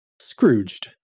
Scrooged